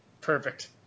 Perfect